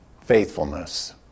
faithfulness